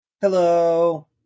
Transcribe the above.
Hello